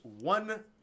one